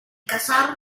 casar